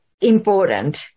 important